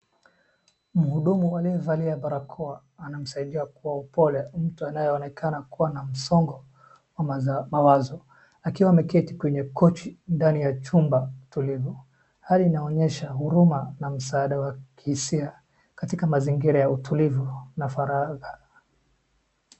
Mhdumu aliyevalia barakoa anamsaidia kwa upole mtu anayeonekana kuwa na msongo wa mawazo. Akiwa ameketi kwenye kochi ndani ya chumba tulivu. Hali inaonyesha huruma na msaada wa kihisia katika mazingira ya utilivu na faraga.